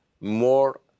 more